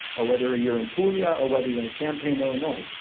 or whether ah you're in puglia or whether you're in champagne, illinois,